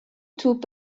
توپ